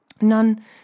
None